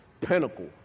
pinnacle